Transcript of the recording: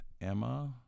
Emma